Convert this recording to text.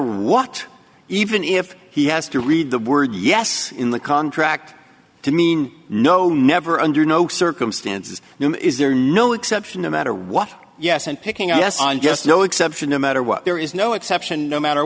what even if he has to read the word yes in the contract to mean no never under no circumstances is there no exception no matter what yes and picking a yes i'm just no exception no matter what there is no exception no matter